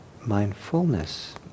Mindfulness